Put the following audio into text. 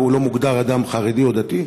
והוא לא מוגדר כאדם חרדי או דתי,